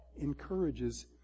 encourages